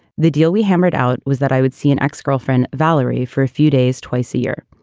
the deal we hammered out was that i would see an ex girlfriend, valerie for a few days, twice a year.